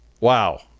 Wow